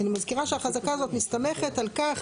אני מזכירה שהחזקה הזאת מסתמכת על כך,